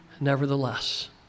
nevertheless